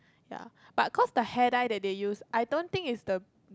ya but cause the hair dye that they use I don't think is the